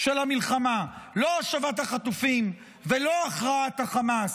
של המלחמה, לא השבת החטופים ולא הכרעת החמאס,